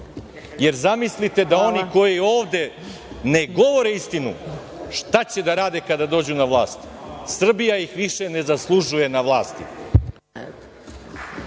Zamislite da oni koji ovde ne govore istinu šta će da rade kada dođu na vlast. Srbija ih više ne zaslužuju na vlasti.